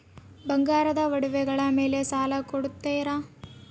ಬಂಗಾರದ ಒಡವೆಗಳ ಮೇಲೆ ಸಾಲ ಕೊಡುತ್ತೇರಾ?